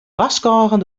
warskôgen